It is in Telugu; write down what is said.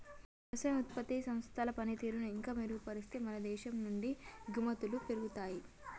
వ్యవసాయ ఉత్పత్తి సంస్థల పనితీరును ఇంకా మెరుగుపరిస్తే మన దేశం నుండి ఎగుమతులు పెరుగుతాయి